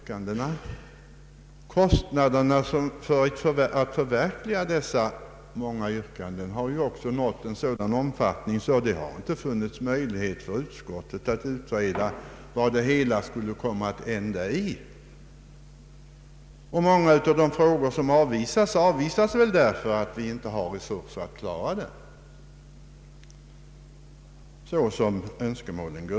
Kostnaderna för att förverkliga dessa många yrkanden har också nått en sådan omfattning att det inte funnits någon möjlighet för utskottet att utreda vad det hela skulle kosta. Många av de frågor som avvisats avvisas väl därför att vi inte har resurser att tillgodose önskemålen.